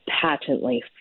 patently